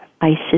ISIS